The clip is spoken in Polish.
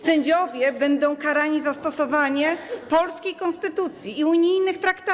Sędziowie będą karani za stosowanie polskiej konstytucji i unijnych traktatów.